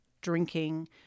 drinking